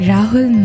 Rahul